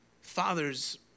Fathers